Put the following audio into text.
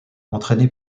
entraîné